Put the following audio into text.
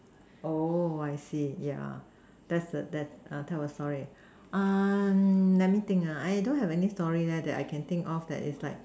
oh I see yeah that's the that tell a story uh let me think ah I don't have any story leh I can think of that is like